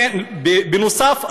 בנוסף,